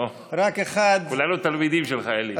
אוה, כולנו תלמידים שלך, אלי.